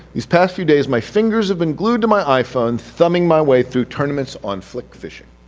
these past few days my fingers have been glued to my iphone, thumbing my way through tournaments on flick fishing.